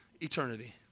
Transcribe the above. eternity